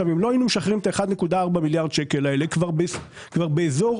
אם לא היינו משחררים את ה-1.4 מיליארד שקל האלה כבר בסביבות אוקטובר,